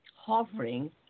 hovering